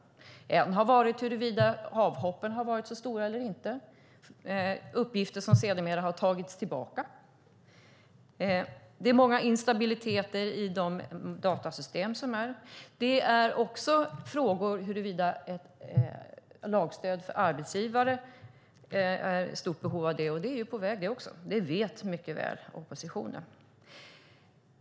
En har handlat om huruvida avhoppen har varit så stora eller inte. Det är uppgifter som sedermera har tagits tillbaka. Det är många instabiliteter i de datasystem som finns. Det är också frågor om huruvida det är ett stort behov av ett lagstöd för arbetsgivare. Det är ju också på väg. Det vet oppositionen mycket väl.